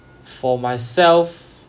for myself